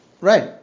Right